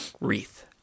wreath